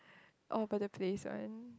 all over the place [one]